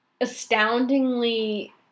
astoundingly